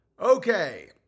okay